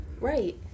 Right